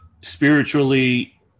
spiritually